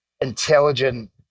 intelligent